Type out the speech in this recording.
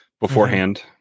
beforehand